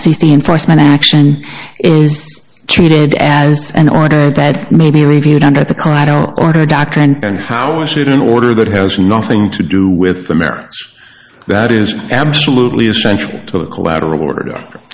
see enforcement action is treated as an order that may be reviewed under the colorado order doctrine and how is it in order that has nothing to do with america that is absolutely essential to the collateral order